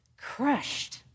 crushed